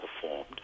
performed